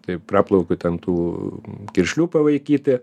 tai praplaukiu ten tų kiršlių pavaikyti